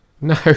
No